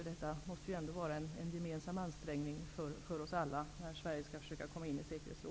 Vi måste alla gemensamt anstränga oss för att få